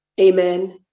Amen